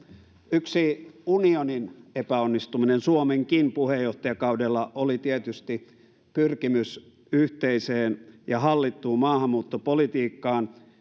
yksi unionin epäonnistuminen suomenkin puheenjohtajakaudella oli tietysti pyrkimys yhteiseen ja hallittuun maahanmuuttopolitiikkaan